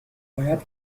باید